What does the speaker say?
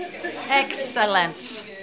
excellent